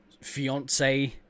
fiance